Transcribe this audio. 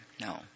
No